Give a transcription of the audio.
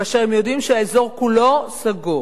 כאשר הם יודעים שהאזור כולו סגור.